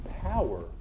power